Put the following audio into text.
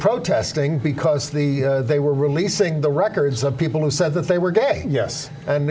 protesting because the they were releasing the records of people who said that they were gay yes